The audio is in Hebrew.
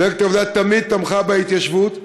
מפלגת העבודה תמיד תמכה בהתיישבות,